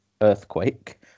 earthquake